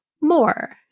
more